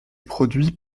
produit